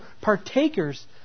partakers